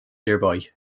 nearby